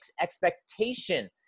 expectation